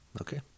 Okay